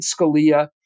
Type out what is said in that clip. Scalia